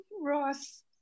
Ross